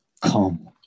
come